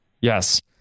Yes